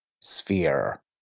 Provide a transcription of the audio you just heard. sphere